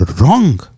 wrong